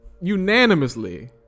unanimously